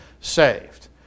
saved